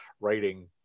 writing